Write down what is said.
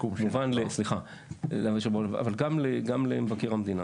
גם למבקר המדינה,